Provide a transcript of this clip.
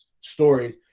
stories